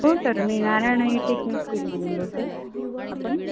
हो सर मी Narayan E technique स्कूलमधून बोलते आपण